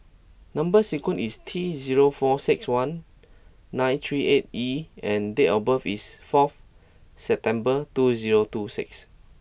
number sequence is T zero four six one nine three eight E and date of birth is four September two zero two six